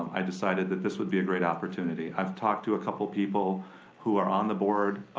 i decided that this would be a great opportunity. i've talked to a couple people who are on the board,